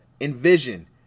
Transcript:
Envision